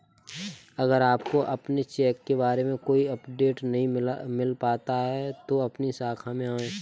अगर आपको अपने चेक के बारे में कोई अपडेट नहीं मिल पाता है तो अपनी शाखा में आएं